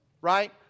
Right